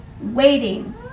Waiting